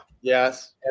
yes